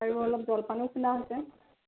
আৰু অলপ জলপানো খুন্দা হৈছে